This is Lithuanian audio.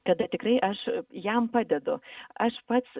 tada tikrai aš jam padedu aš pats